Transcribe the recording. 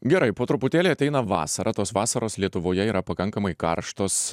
gerai po truputėlį ateina vasara tos vasaros lietuvoje yra pakankamai karštos